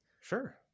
Sure